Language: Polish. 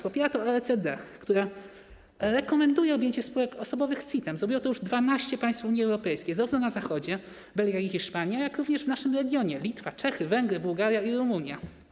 Popiera to OECD, które rekomenduje objęcie spółek osobowych CIT-em, zrobiło to już 12 państw Unii Europejskiej, zarówno na Zachodzie - Belgia i Hiszpania, jak i w naszym regionie - Litwa, Czechy, Węgry, Bułgaria i Rumunia.